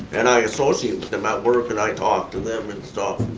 and i associate with them at work, and i talk to them and stuff.